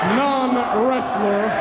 non-wrestler